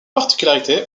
particularité